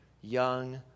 young